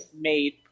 made